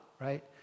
right